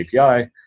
API